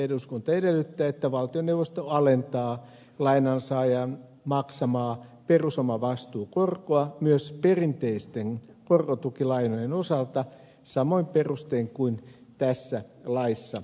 eduskunta edellyttää että valtioneuvosto alentaa lainansaajan maksamaa perusomavastuukorkoa myös perinteisten korkotukilainojen osalta samoin perustein kuin tässä laissa